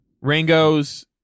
Rango's